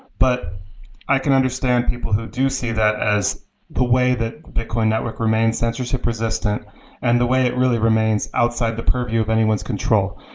but i can understand people who do see that as way that bitcoin network remain sensorship resistant and the way it really remains outside the purview of anyone's control.